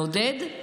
מעודד?